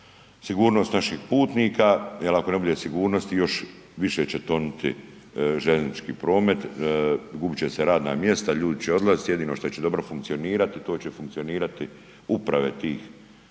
sigurnost naših putnika jel ako ne bude sigurnosti još više će tonuti željeznički promet, gubit će se radna mjesta, ljudi će odlazit, jedino što će dobro funkcionirat to će funkcionirati uprave tih